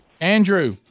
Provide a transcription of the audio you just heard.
andrew